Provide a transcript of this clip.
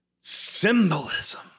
symbolism